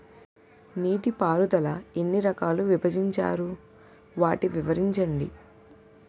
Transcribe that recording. నీటిపారుదల ఎన్ని రకాలుగా విభజించారు? వాటి వివరించండి?